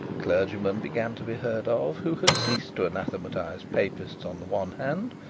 clergymen began to be heard of who had ceased to anathematise papists on the one hand,